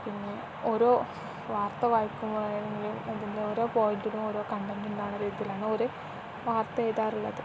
പിന്നെ ഓരോ വാർത്ത വായിക്കുമ്പോൾ ആണെങ്കിലും എന്തെങ്കിലും ഓരോ പോയിൻ്റിലും ഓരോ കണ്ടൻ്റ് ഉണ്ടാവുന്ന രീതിയിലാണ് ഒരേ വാർത്ത എഴുതാറുള്ളത്